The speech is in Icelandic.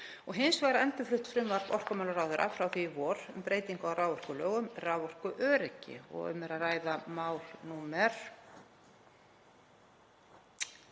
hins vegar er endurflutt frumvarp orkumálaráðherra frá því í vor um breytingu á raforkulögum, raforkuöryggi og um er að ræða mál númer